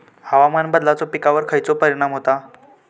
हवामान बदलाचो पिकावर खयचो परिणाम होता?